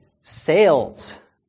sales